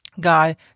God